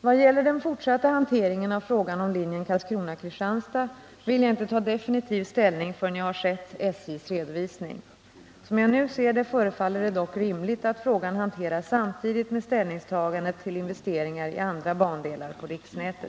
vad gäller den fortsatta hanteringen av frågan om linjen Karlskrona-Kristianstad vill jag inte ta definitiv ställning förrän jag har sett SJ:s redovisning. Som jag nu ser det förefaller det dock rimligt att frågan hanteras samtidigt med ställningstagandet till investeringar i andra bandelar på riksnätet.